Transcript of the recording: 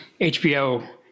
HBO